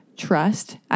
trust